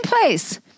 place